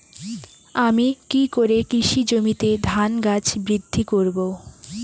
আমি কী করে কৃষি জমিতে ধান গাছ বৃদ্ধি করব?